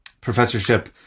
professorship